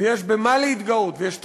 יש במה להתגאות, ויש תרבות,